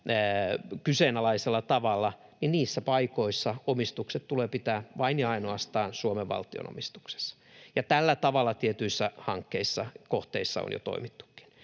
kyseenalaisella tavalla, omistukset tulee pitää vain ja ainoastaan Suomen valtion omistuksessa, ja tällä tavalla tietyissä hankkeissa, kohteissa on jo toimittukin.